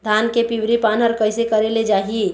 धान के पिवरी पान हर कइसे करेले जाही?